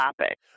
topic